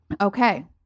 Okay